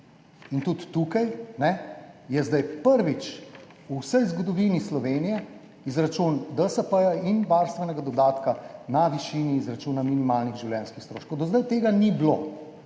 In tudi tukaj je zdaj prvič v vsej zgodovini Slovenije izračun DS in varstvenega dodatka na višini izračuna minimalnih življenjskih stroškov. Do zdaj tega ni bilo,